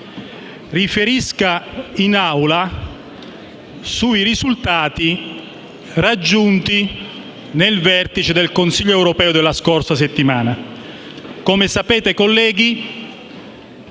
riferisca all'Assemblea sui risultati raggiunti nel vertice del Consiglio europeo della scorsa settimana.